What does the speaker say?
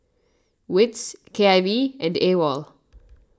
Wits K I V and Awol